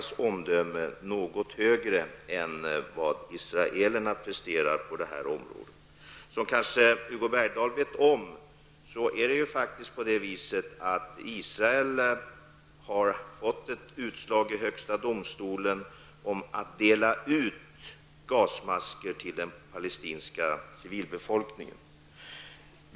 Som Hugo Bergdahl vet har Israel att räkna med ett utslag i högsta domstolen, vilket går ut på att man skall dela ut skyddsmasker till den palestinska civilbefolkningen.